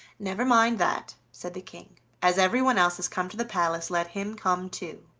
never mind that, said the king as everyone else has come to the palace, let him come too.